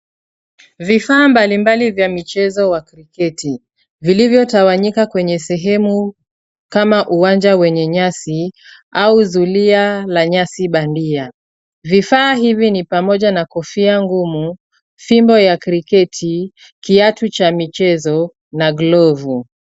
Vifaa mbalimbali vya mchezo wa kriketi vilivyotawanyika kwenye sehemu kama uwanja wenye nyasi au zulia la nyasi bandia. Vifaa hivi ni pamoja na kofia ngumu, fimbo ya kriketi, kiatu cha michezo na glovu.